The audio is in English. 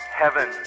heaven